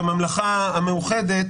בממלכה המאוחדת,